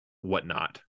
whatnot